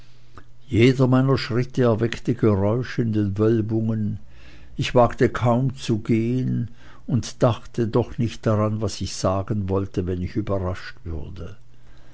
jeder meiner schritte erweckte geräusch in den wölbungen ich wagte kaum zu gehen und dachte doch nicht daran was ich sagen wollte wenn ich überrascht würde